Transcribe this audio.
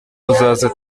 muzaze